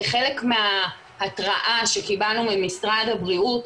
אז כחלק מההתראה שקיבלנו ממשרד הבריאות,